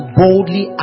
boldly